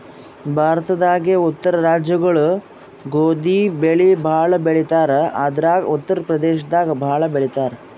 ಭಾರತದಾಗೇ ಉತ್ತರ ರಾಜ್ಯಗೊಳು ಗೋಧಿ ಬೆಳಿ ಭಾಳ್ ಬೆಳಿತಾರ್ ಅದ್ರಾಗ ಉತ್ತರ್ ಪ್ರದೇಶದಾಗ್ ಭಾಳ್ ಬೆಳಿತಾರ್